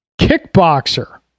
Kickboxer